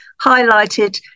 highlighted